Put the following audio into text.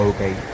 Okay